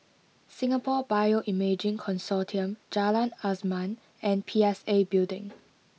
Singapore Bioimaging Consortium Jalan Azam and P S A Building